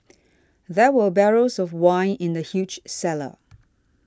there were barrels of wine in the huge cellar